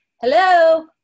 Hello